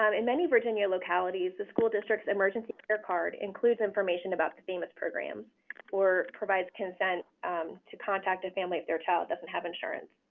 um in many virginia localities, the school district's emergency care card includes information about the famis programs or provides consent to contact the family if their child does not and have insurance.